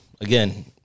again